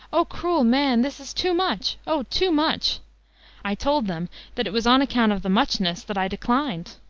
o cruel man! this is too much o! too much i told them that it was on account of the muchness that i declined.